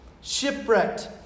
Shipwrecked